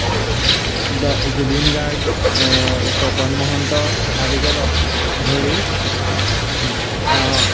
জুবিন গাৰ্গ পাপন মহন্ত আদিকে ধৰি